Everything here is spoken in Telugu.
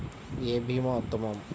ఏ భీమా ఉత్తమము?